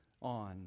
on